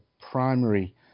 primary